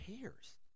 cares